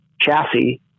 chassis